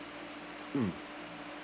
mm